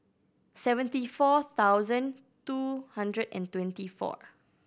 seventy four thousand two hundred and twenty four